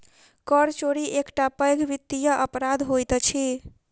कर चोरी एकटा पैघ वित्तीय अपराध होइत अछि